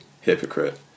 hypocrite